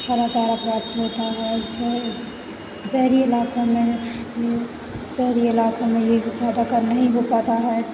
सारा चारा ख़राब होता है जिससे शहरी इलाकों में शहरी इलाकों में यह ज़्यादातर नहीं हो पाता है